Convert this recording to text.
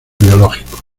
biológicos